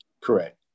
Correct